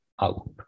out